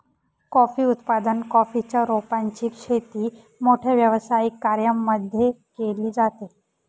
coffee उत्पादन, coffee च्या रोपांची शेती मोठ्या व्यावसायिक कर्यांमध्ये केली जाते